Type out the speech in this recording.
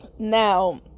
Now